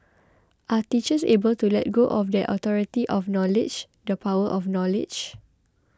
are teachers able to let go of that authority of knowledge the power of knowledge